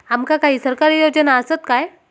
आमका काही सरकारी योजना आसत काय?